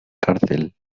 cárcel